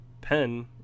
pen